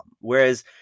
Whereas